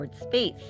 space